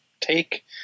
take